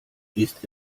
ist